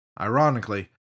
Ironically